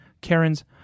Karen's